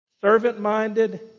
Servant-minded